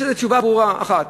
יש לזה תשובה ברורה אחת,